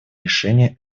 решения